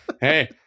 Hey